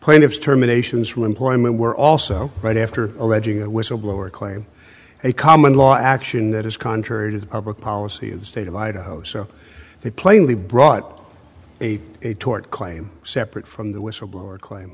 plaintiffs terminations who employment were also right after alleging a whistleblower claim a common law action that is contrary to the public policy of the state of idaho so they plainly brought a tort claim separate from the whistleblower claim